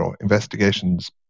investigations